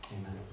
amen